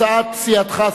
הצעת סיעתך,